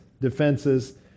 defenses